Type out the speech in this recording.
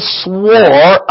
swore